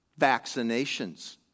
Vaccinations